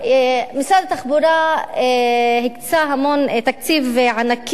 משרד התחבורה הקצה המון, תקציב ענקי,